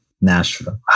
nashville